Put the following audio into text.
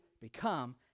become